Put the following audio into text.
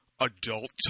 adult